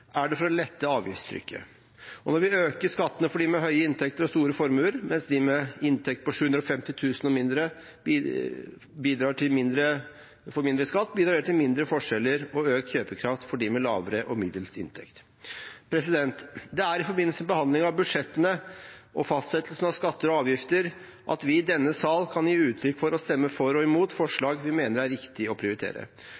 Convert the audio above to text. det for å lette avgiftstrykket. Og når vi øker skattene for dem med høye inntekter og store formuer, mens de med inntekt på 750 000 og mindre får mindre skatt, bidrar det til mindre forskjeller og økt kjøpekraft for dem med lavere og middels inntekt. Det er i forbindelse med behandlingen av budsjettene og fastsettelsen av skatter og avgifter at vi i denne sal kan gi uttrykk for og stemme for og imot